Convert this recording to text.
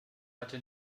hatte